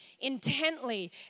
intently